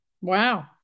Wow